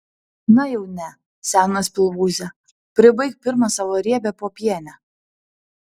na jau ne senas pilvūze pribaik pirma savo riebią popienę